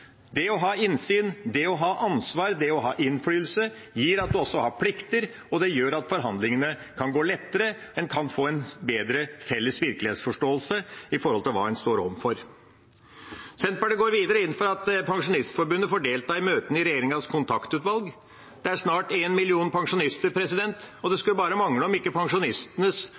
Det å ha innsyn, det å ha ansvar, det å ha innflytelse, gjør at en også har plikter, det gjør at forhandlingene kan gå lettere, og en kan få en bedre felles virkelighetsforståelse av hva en står overfor. Senterpartiet går videre inn for at Pensjonistforbundet får delta i møtene i Regjeringens kontaktutvalg. Det er snart én million pensjonister, og det skulle bare mangle om ikke pensjonistenes